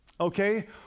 okay